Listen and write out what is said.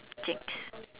jigs